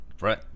Right